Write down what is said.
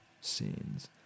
scenes